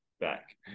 back